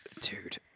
dude